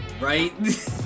right